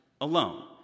alone